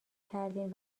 کردین